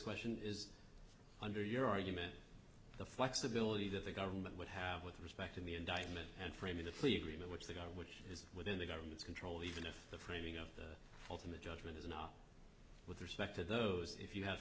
question is under your argument the flexibility that the government would have with respect to the indictment and frame of the plea agreement which the gun which is within the government's control even if the framing of ultimate judgment is now with respect to those if you have